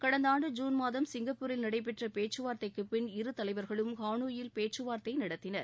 கடந்த ஆண்டு ஜூன் சிங்கப்பூரில் நடைபெற்ற பேச்சுவார்த்தைக்குப்பின் இரு தலைவர்களும் ஹானோயில் பேச்சுவார்த்தை நடத்தினர்